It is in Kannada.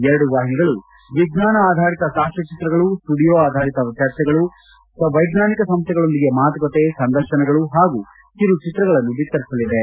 ಎರಡೂ ವಾಹಿನಿಗಳು ವಿಜ್ಞಾನ ಆಧಾರಿತ ಸಾಕ್ಷ್ಮಚಿತ್ರಗಳು ಸ್ನುಡಿಯೋ ಆಧಾರಿತ ಚರ್ಚೆಗಳು ವೈಜ್ಞಾನಿಕ ಸಂಸ್ಥೆಗಳೊಂದಿಗೆ ಮಾತುಕತೆ ಸಂದರ್ಶನಗಳು ಹಾಗೂ ಕಿರುಚಿತ್ರಗಳನ್ನು ಭಿತ್ತರಿಸಲಿವೆ